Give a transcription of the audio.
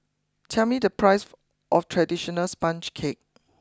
tell me the price for of traditional Sponge Cake